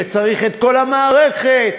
וצריך את כל המערכת,